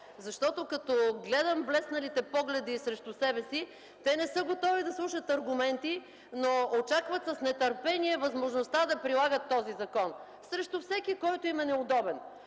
Като гледам блесналите погледи срещу себе си, те не са готови да слушат аргументи, но очакват с нетърпение възможността да прилагат този закон срещу всеки, който им е неудобен.